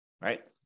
right